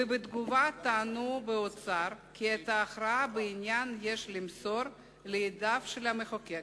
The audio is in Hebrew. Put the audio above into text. בתגובה טענו באוצר כי את ההכרעה בעניין יש למסור לידיו של המחוקק,